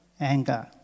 anger